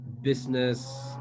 business